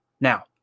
Now